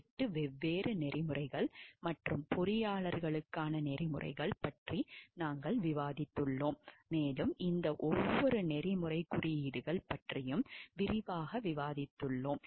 8 வெவ்வேறு நெறிமுறைகள் மற்றும் பொறியாளர்களுக்கான நெறிமுறைகள் பற்றி நாங்கள் விவாதித்துள்ளோம் மேலும் இந்த ஒவ்வொரு நெறிமுறைக் குறியீடுகள் பற்றியும் விரிவாக விவாதித்துள்ளோம்